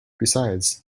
besides